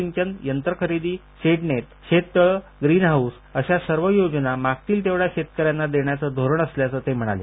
ठिबक सिंचन यंत्रखरेदी शेडनेट शेततळं ग्रीन हाऊस अशा सर्व योजना मागतील तेवढ्या शेतकऱ्यांना देण्याचं धोरण असल्याचं ते म्हणाले